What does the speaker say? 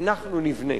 אנחנו נבנה.